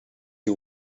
you